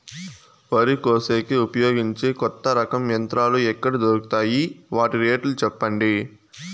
వరి కోసేకి ఉపయోగించే కొత్త రకం యంత్రాలు ఎక్కడ దొరుకుతాయి తాయి? వాటి రేట్లు చెప్పండి?